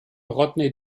rodney